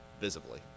visibly